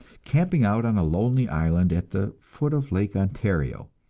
camping out on a lonely island at the foot of lake ontario.